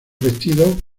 vestidos